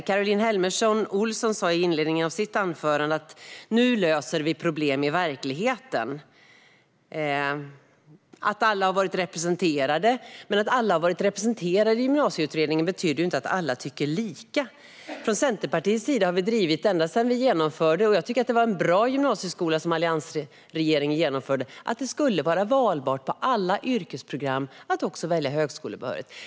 Caroline Helmersson Olsson sa i inledningen av sitt anförande att man nu löser problem i verkligheten och att alla har varit representerade. Men att alla har varit representerade i Gymnasieutredningen betyder inte att alla tycker lika. Jag tycker att det var en bra gymnasieskola som alliansregeringen genomförde. Vi från Centerpartiet har ända sedan den genomfördes drivit att det på alla yrkesprogram ska vara möjligt att välja högskolebehörighet.